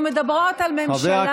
אנחנו מדברות על ממשלה,